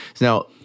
now